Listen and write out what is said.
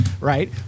Right